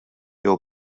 jew